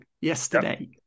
yesterday